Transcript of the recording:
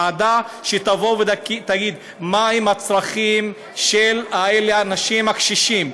ועדה שתגיד מהם הצרכים של האנשים הקשישים.